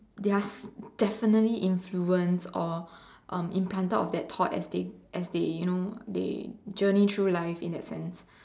they are definitely influenced or um implanted of that thought as they as they you know they journey through life in that sense